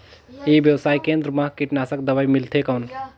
ई व्यवसाय केंद्र मा कीटनाशक दवाई मिलथे कौन?